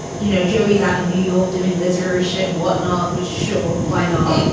you know, joey's out in new york doing literary shit and whatnot, which sure, why not?